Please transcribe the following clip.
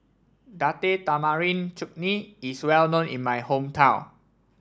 Date Tamarind Chutney is well known in my hometown